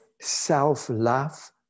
self-love